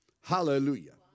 Hallelujah